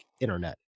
internet